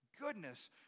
Goodness